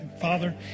Father